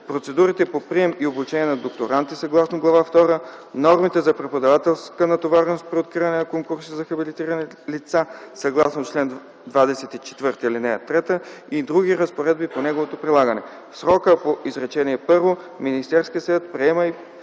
процедурите по прием и обучение на докторанти съгласно Глава втора, нормите за преподавателска натовареност при откриване на конкурси за хабилитирани лица съгласно чл. 24, ал. 3 и други разпоредби по неговото прилагане. В срока по изречение първо Министерският съвет приема и